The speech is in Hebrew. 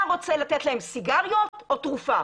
אתה רוצה לתת להם סיגריות או תרופה?